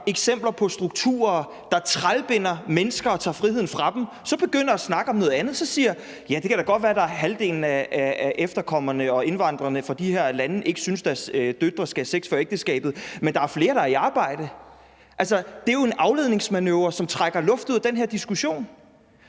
eksempler på strukturer, der trælbinder mennesker og tager friheden fra dem, så begynder at snakke om noget andet og siger: Ja, det kan da godt være, at halvdelen af indvandrerne og efterkommerne fra de her lande ikke synes, at deres døtre skal have sex før ægteskabet, men der er flere, der er i arbejde. Det er jo en afledningsmanøvre, som trækker luft ud af den her diskussion.